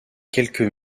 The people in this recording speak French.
quelques